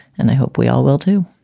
and i hope we all will do